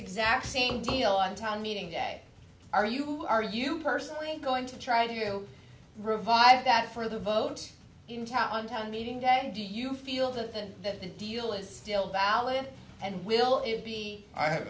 exact same deal on town meeting day are you are you personally going to try to revive that for the vote on town meeting day and do you feel that that the deal is still valid and will it be i have